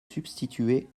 substituer